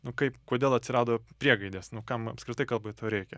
nu kaip kodėl atsirado priegaidės nu kam apskritai kalbai to reikia